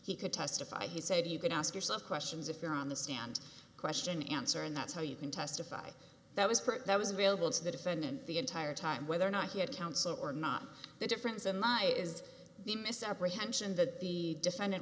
he could testify he said you can ask yourself questions if you're on the stand question answer and that's how you can testify that was pretty that was available to the defendant the entire time whether or not he had counsel or not the difference in my is the misapprehension that the defendant